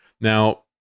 Now